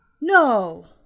No